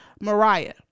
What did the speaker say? Mariah